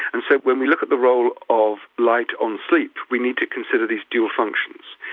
and so when we look at the role of light on sleep we need to consider these dual functions.